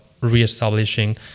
re-establishing